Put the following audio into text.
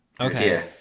Okay